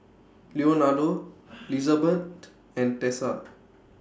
Leonardo Lizabeth and Tessa